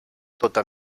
tota